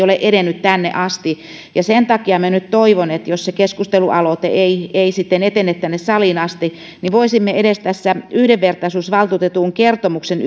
ole edennyt tänne asti sen takia minä nyt toivon että jos se keskustelualoite ei ei sitten etene tänne saliin asti niin voisimme edes tässä yhdenvertaisuusvaltuutetun kertomuksen